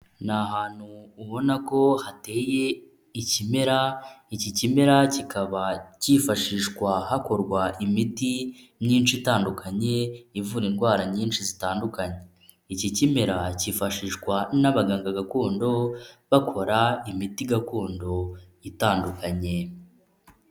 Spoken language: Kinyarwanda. Ni ahantu ubona ko hateye ikimera, iki kimera kikaba kifashishwa hakorwa imiti myinshi itandukanye ivura indwara nyinshi zitandukanye, iki kimera kifashishwa n'abaganga gakondo bakora imiti gakondo itandukanye.